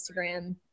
Instagram